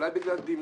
אולי בגלל דימוי,